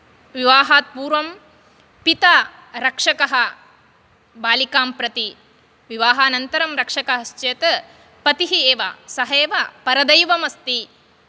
विवाहात् पूर्वं पिता रक्षकः बालिकां प्रति विवाहानन्तरं रक्षकश्चेत् पतिः एव सः एव परदैवमस्ति